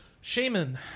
Shaman